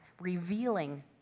revealing